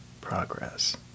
progress